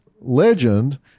legend